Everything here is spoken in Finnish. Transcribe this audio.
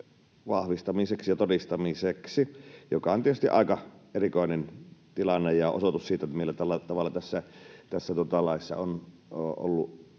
vahvistamiseksi ja todistamiseksi, mikä on tietysti aika erikoinen tilanne ja osoitus siitä, millä tavalla tässä laissa on ollut